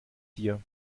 dir